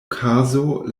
kazo